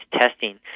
testing